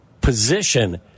position